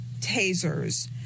tasers